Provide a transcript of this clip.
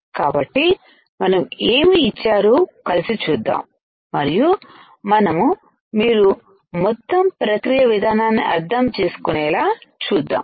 కాబట్టి మనము ఏమి ఇచ్చారు కలిసి చూద్దాం మరియు మనం మీరు మొత్తం ప్రక్రియ విధానాన్ని అర్థం చేసుకునేలా చూద్దాం